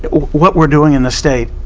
what we're doing in the state,